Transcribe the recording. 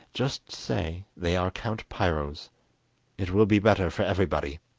just say they are count piro's it will be better for everybody